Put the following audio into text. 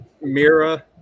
mira